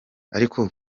ariko